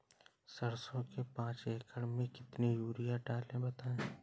सरसो के पाँच एकड़ में कितनी यूरिया डालें बताएं?